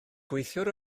gweithiwr